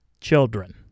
children